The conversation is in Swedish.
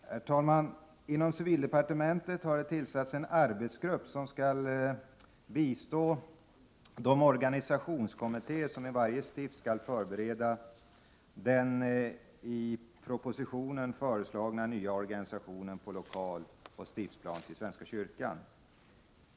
Herr talman! Inom civildepartementet har tillsatts en arbetsgrupp som skall bistå de organisationskommittéer som i varje stift skall förbereda den i proposition 1987/88:31 föreslagna nya organisationen på lokaloch stiftsplanet i svenska kyrkan.